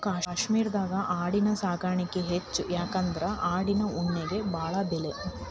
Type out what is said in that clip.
ಕಾಶ್ಮೇರದಾಗ ಆಡಿನ ಸಾಕಾಣಿಕೆ ಹೆಚ್ಚ ಯಾಕಂದ್ರ ಆಡಿನ ಉಣ್ಣಿಗೆ ಬಾಳ ಬೆಲಿ